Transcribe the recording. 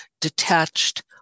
detached